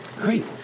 Great